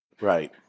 Right